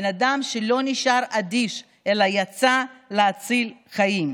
בן אדם שלא נשאר אדיש אלא יצא להציל חיים.